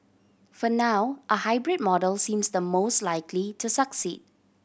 for now a hybrid model seems the most likely to succeed